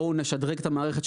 בואו נשדרג את המערכת,